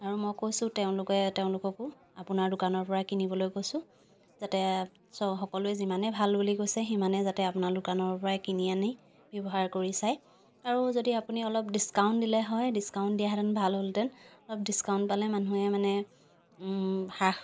আৰু মই কৈছোঁ তেওঁলোকে তেওঁলোককো আপোনাৰ দোকানৰ পৰা কিনিবলৈ কৈছোঁ যাতে চ সকলোৱে যিমানে ভাল বুলি কৈছে সিমানে যাতে আপোনাৰ দোকানৰ পৰাই কিনি আনি ব্যৱহাৰ কৰি চায় আৰু আপুনি যদি অলপ ডিছকাউণ্ট দিলে হয় ডিছকাউণ্ট দিয়াহেঁতেন ভাল হ'লহেঁতেন অলপ ডিছকাউণ্ট পালে মানুহে মানে হ্ৰাস